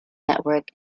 network